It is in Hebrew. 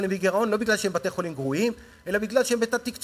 אבל הם בגירעון לא בגלל שהם בתי-חולים גרועים אלא בגלל שהם בתת-תקצוב,